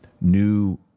new